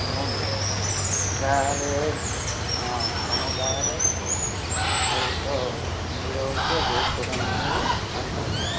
ଆମ ଗାଁରେ ହଁ ଆମ ଗାଁରେ ବହୁତ ଭିଡ଼ ହେଉଛି ବହୁତ ଦୋକାନମାନେ ବି ଆସୁଛନ୍ତି